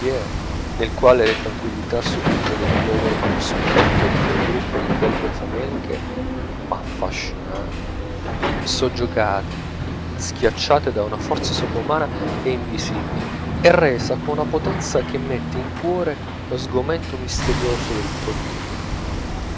nel quale la tranquillità sublime dell'uomo in cospetto di quel gruppo di belve fameliche ma affascinate soggiogate schiacciate da una forza sovrumana e invisibile è resa con una potenza che mette in cuore lo sgomento misterioso del prodigio